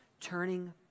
Turning